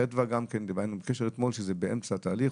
מחדווה וגם היינו בקשר אתמול שזה באמצע התהליך,